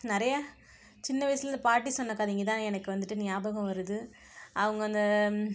நிறைய சின்ன வயசில் பாட்டி சொன்னக் கதைங்கள் தான் எனக்கு வந்துட்டு நியாபகம் வருது அவங்க இந்த